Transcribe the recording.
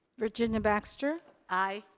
virginia baxter. aye.